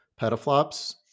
petaflops